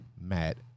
Matt